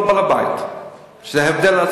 אבל הוא לא בעל-הבית, וזה הבדל עצום.